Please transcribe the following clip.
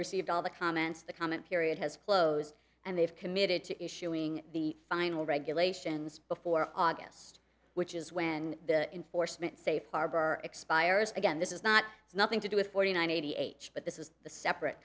received all the comments the comment period has closed and they've committed to issuing the final regulations before august which is when the enforcement safe harbor expires again this is not nothing to do with forty nine eighty eight but this is the separate